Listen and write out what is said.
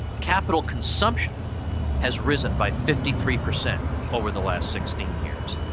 capital consumption has risen by fifty three percent over the last sixteen years.